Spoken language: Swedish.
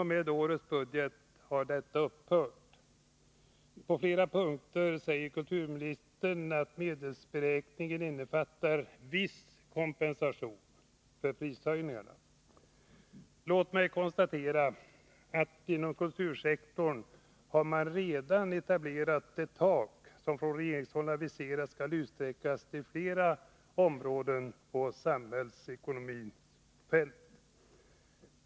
Med årets budget har emellertid detta upphört. På flera punkter säger kulturministern att medelsberäkningen innefattar viss kompensation för prishöjningarna. Låt mig konstatera att man inom kultursektorn redan har etablerat det tak som från regeringshåll aviserats skall utsträckas till flera av samhällsekonomins områden.